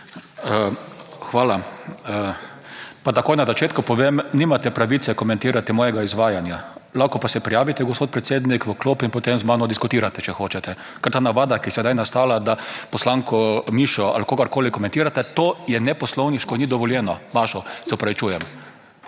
Hvala. Pa takoj na začetku povem, nimate pravice komentirati mojega izvajanja. Lahko pa se prijavite, gospod podpredsednik, v klop in potem z mano diskutirate, če hočete. Ker ta navada, ki je sedaj nastala, da poslanko Mišo ali kogarkoli komentirate, to poslovniško ni dovoljeno. Mašo, se opravičujem.